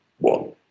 one